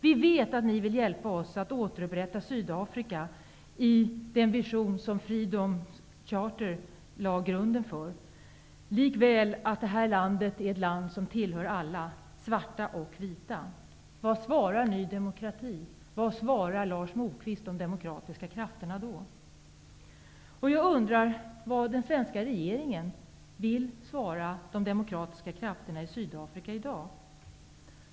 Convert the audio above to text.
Vi vet att ni vill hjälpa oss att återupprätta Sydafrika i den vision som Freedom Charter lade grunden för, likväl att det här landet är ett land som tillhör alla -- svarta och vita. Vad svarar Ny demokrati och vad svarar Lars Moquist de demokratiska krafterna? Vad vill den svenska regeringen svara de demokratiska krafterna i Sydafrika i dag?